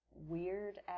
weird